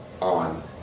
on